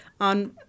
on